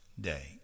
day